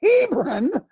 Hebron